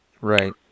Right